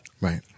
Right